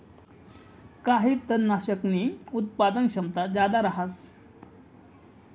काही तननाशकसनी उत्पादन क्षमता जादा रहास